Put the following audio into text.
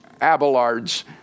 Abelard's